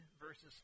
verses